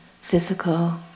physical